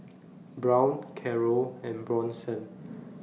Brown Carroll and Bronson